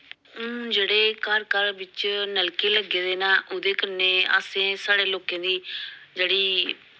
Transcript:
जेह्ड़े घर घर बिच्च नलके लग्गे दे न ओह्दे कन्ने असें साढ़े लोकें दी जेह्ड़ी